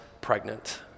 pregnant